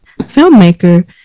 filmmaker